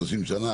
שלושים שנה?